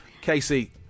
Casey